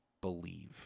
believe